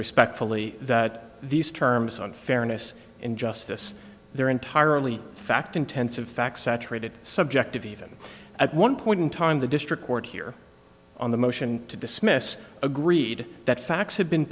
respectfully that these terms on fairness and justice they're entirely fact intensive facts saturated subjective even at one point in time the district court here on the motion to dismiss agreed that facts have been